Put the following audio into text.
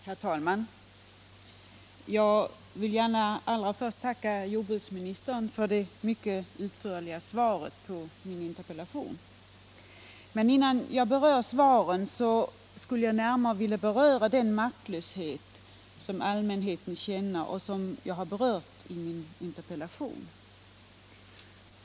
Herr talman! Jag vill gärna allra först tacka jordbruksministern för det mycket utförliga svaret på min interpellation. Men innan jag går in på svaren på frågorna skulle jag närmare vilja beröra den maktlöshet som allmänheten känner och som jag tagit upp i min interpellation.